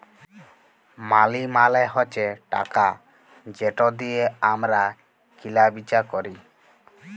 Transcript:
মালি মালে হছে টাকা যেট দিঁয়ে আমরা কিলা বিচা ক্যরি